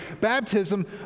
baptism